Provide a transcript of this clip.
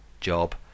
job